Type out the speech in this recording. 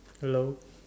hello